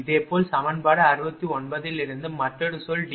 இதேபோல் சமன்பாடு 69 இலிருந்து மற்றொரு சொல் D